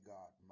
God